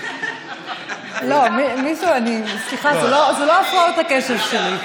סליחה, זה לא הפרעות הקשב שלי.